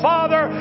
Father